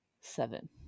Seven